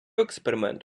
експеримент